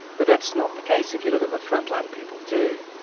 but that's not the case. if you look at what frontline people do,